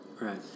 right